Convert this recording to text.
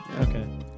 okay